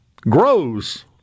grows